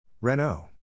Renault